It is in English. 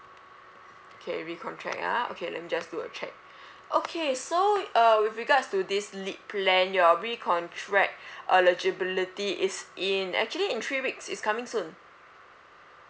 K recontract ah okay let me just do a check okay so uh with regards to this lit plan your recontract eligibility is in actually in three weeks it's coming soon